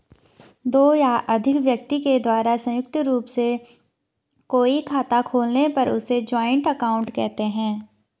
दो या अधिक व्यक्ति के द्वारा संयुक्त रूप से कोई खाता खोलने पर उसे जॉइंट अकाउंट कहते हैं